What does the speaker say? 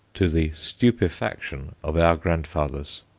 to the stupefaction of our grandfathers.